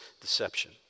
deception